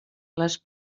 les